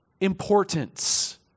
importance